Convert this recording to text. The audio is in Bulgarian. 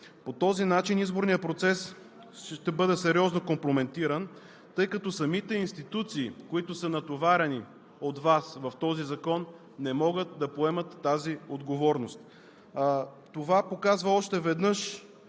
По този начин изборният процес ще бъде сериозно компрометиран, тъй като самите институции, които са натоварени от Вас в този закон, не могат да поемат тази отговорност. Това показва още веднъж